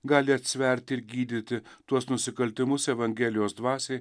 gali atsiverti ir gydyti tuos nusikaltimus evangelijos dvasiai